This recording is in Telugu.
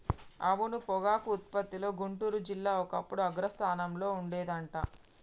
అవును పొగాకు ఉత్పత్తిలో గుంటూరు జిల్లా ఒకప్పుడు అగ్రస్థానంలో ఉండేది అంట